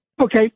Okay